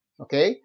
okay